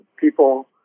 people